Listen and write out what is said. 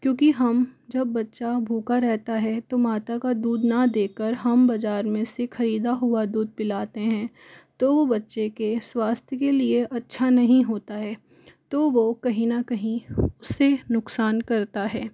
क्योंकि हम जब बच्चा भूखा रहता है तो माता का दूध ना देकर हम बाजार में से खरीदा हुआ दूध पिलाते हैं तो वो बच्चे के स्वास्थ के लिए अच्छा नहीं होता है तो वो कहीं ना कहीं उसे नुकसान करता है